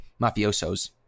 mafiosos